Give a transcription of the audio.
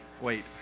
wait